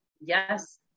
yes